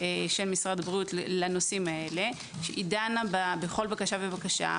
של משרד הבריאות לנושאים אלה היא דנה בכל בקשה ובקשה,